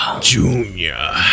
Junior